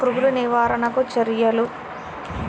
పురుగులు నివారణకు చర్యలు?